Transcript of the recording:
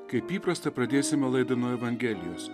kaip įprasta pradėsime laidą nuo evangelijos